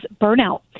burnout